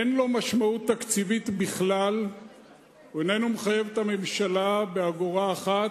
אין לו משמעות תקציבית בכלל והוא איננו מחייב את הממשלה באגורה אחת.